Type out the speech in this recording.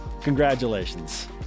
Congratulations